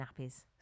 nappies